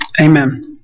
amen